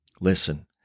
Listen